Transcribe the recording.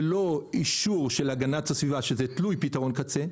ללא אישור של הגנת הסביבה שזה תלוי פתרון קצה,